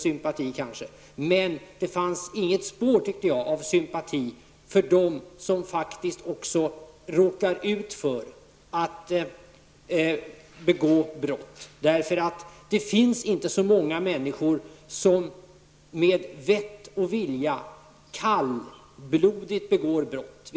Det fanns dock inte ett spår av sympati för dem som råkar ut för att begå brott. Det finns inte så många som med vett och vilja kallblodigt begår brott.